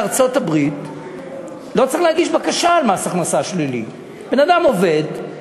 בארצות-הברית לא צריך להגיש בקשה על מס הכנסה שלילי: בן-אדם עובד,